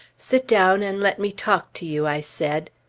sit down and let me talk to you, i said.